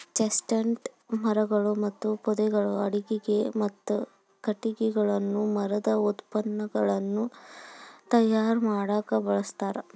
chestnut ಮರಗಳು ಮತ್ತು ಪೊದೆಗಳನ್ನ ಅಡುಗಿಗೆ, ಮತ್ತ ಕಟಗಿಗಳನ್ನ ಮರದ ಉತ್ಪನ್ನಗಳನ್ನ ತಯಾರ್ ಮಾಡಾಕ ಬಳಸ್ತಾರ